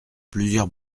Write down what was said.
plusieurs